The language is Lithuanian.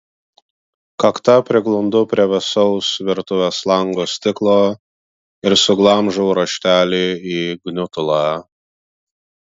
kakta priglundu prie vėsaus virtuvės lango stiklo ir suglamžau raštelį į gniutulą